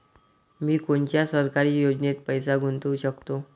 मी कोनच्या सरकारी योजनेत पैसा गुतवू शकतो?